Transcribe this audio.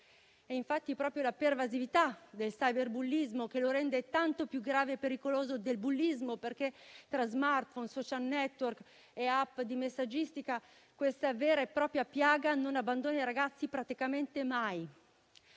È infatti proprio la sua pervasività a rendere il cyberbullismo tanto più grave e pericoloso del bullismo, perché, tra *smartphone*, *social network* e *app* di messaggistica, questa vera e propria piaga non abbandona i ragazzi praticamente mai.